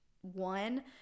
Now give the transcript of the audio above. one